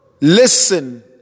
listen